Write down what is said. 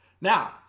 Now